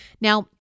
Now